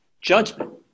judgment